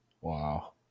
Wow